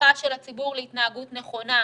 הדרכה של הציבור להתנהגות נכונה,